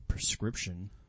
prescription